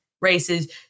races